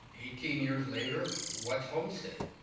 eighteen years later, what's homestead?